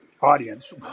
audience